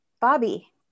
Bobby